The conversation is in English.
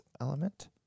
Element